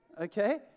Okay